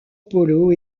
paulo